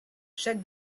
chaque